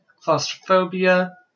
Claustrophobia